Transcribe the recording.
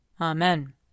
Amen